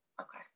Okay